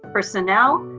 personnel,